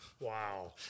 Wow